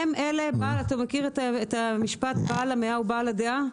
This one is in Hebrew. אתה מכיר את המשפט שבעל המאה הוא בעל הדעה?